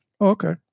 Okay